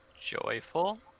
Joyful